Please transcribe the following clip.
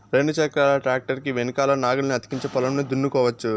రెండు చక్రాల ట్రాక్టర్ కి వెనకల నాగలిని అతికించి పొలంను దున్నుకోవచ్చు